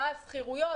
מה השכירויות,